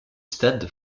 stade